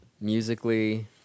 musically